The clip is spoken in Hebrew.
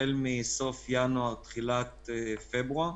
החל מסוף ינואר, תחילת פברואר.